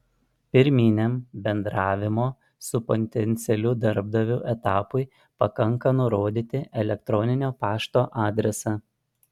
pirminiam bendravimo su potencialiu darbdaviu etapui pakanka nurodyti elektroninio pašto adresą